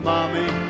Mommy